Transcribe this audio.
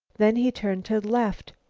then he turned to the left.